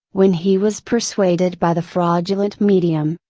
when he was persuaded by the fraudulent medium,